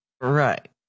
Right